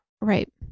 Right